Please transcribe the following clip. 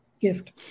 gift